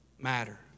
matter